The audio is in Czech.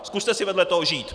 Zkuste si vedle toho žít!